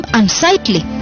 unsightly